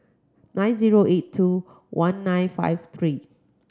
nine zero eight two one nine five three